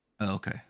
Okay